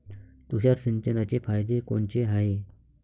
तुषार सिंचनाचे फायदे कोनचे हाये?